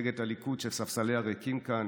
מפלגת הליכוד, שספסליה ריקים כאן,